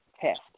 test